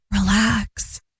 relax